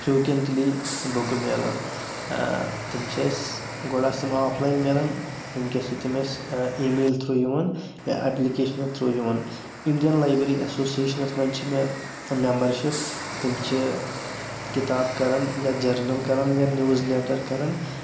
frequently بُکہٕ مِلان تِم چھ اَسہِ گۄڈٕ آسہٕ تِم آف لاین مِلان وُنکٮ۪س چھ تِم اَسہِ ایٖمیل تھروٗ یِوان یا اٮ۪پلیکیشن تھروٗ یِوان انڈین لایبریری اٮ۪سوسِیشنس منٛز چھ مےٚ مٮ۪مبرشِپ تِم چھ کِتاب کران یا جٔرنل کران یا نِوٕز لیٹر کران